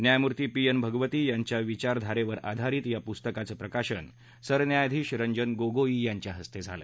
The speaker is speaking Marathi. न्यायमूर्ती पी एन भगवती यांच्या विचारधारेवर आधारित या पुस्तकाचं प्रकाशन सरन्यायाधीश रंजन गोगोई यांच्या हस्ते झाला